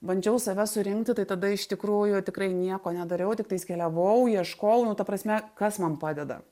bandžiau save surinkti tai tada iš tikrųjų tikrai nieko nedariau tiktais keliavau ieškojau nu ta prasme kas man padeda